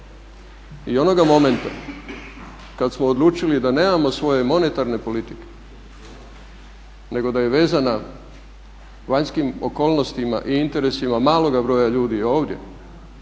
i onoga momenta kada smo odlučili da nemamo svoje monetarne politike nego da je vezana vanjskim okolnostima i interesima maloga broja ljudi ovdje,